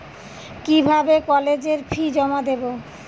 কিভাবে কলেজের ফি জমা দেবো?